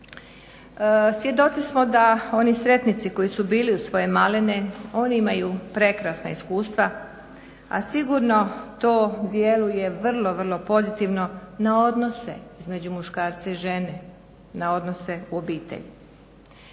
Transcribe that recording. Svjedoci smo da oni sretnici koji su bili uz svoje malene, oni imaju prekrasna iskustva, a sigurno to djeluje vrlo, vrlo pozitivno na odnose između muškarca i žene na odnose u obitelji.